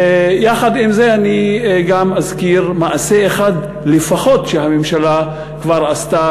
יחד עם זה אני גם אזכיר מעשה אחד לפחות שהממשלה כבר עשתה,